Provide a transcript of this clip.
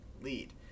lead